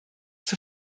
zur